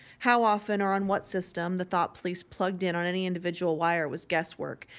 how often, or on what system, the thought police plugged in on any individual wire was guesswork.